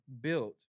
built